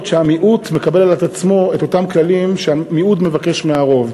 שהמיעוט מקבל על עצמו את אותם כללים שהמיעוט מבקש מהרוב.